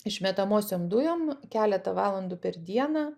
išmetamosiom dujom keletą valandų per dieną